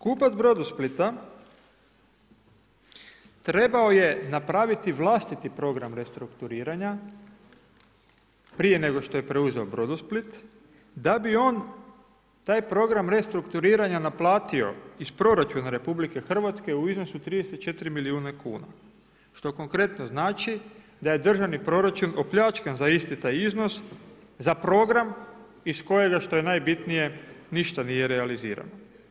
Dalje, kupac Brodosplita trebao je napraviti vlastiti program restrukturiranja prije nego što je preuzeo Brodosplit da bi on taj program restrukturiranja naplatio iz proračuna RH u iznosu 34 milijuna kuna, što konkretno znači da je državni proračun opljačkan za isti taj iznos za program iz kojega što je najbitnije ništa nije realizirano.